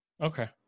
okay